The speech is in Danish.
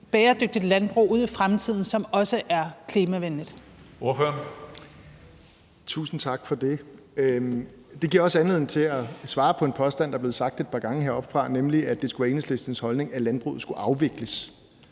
bæredygtigt landbrug, som også er klimavenligt,